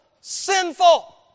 sinful